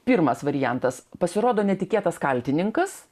pirmas variantas pasirodo netikėtas kaltininkas